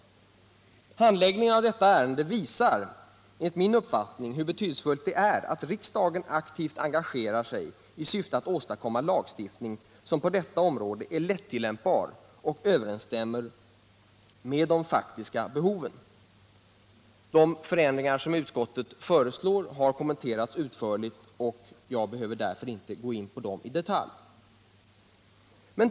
Handläggningen av detta ärende visar hur betydelsefullt det är att riksdagen aktivt engagerar sig i syfte att åstadkomma en lagstiftning som är lätt att tillämpa och överensstämmer med de faktiska behoven. De förändringar som utskottet föreslår har kommenterats utförligt, och jag behöver därför inte gå in på dem i detalj.